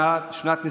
שנת ניסיון.